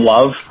Love